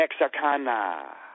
mexicana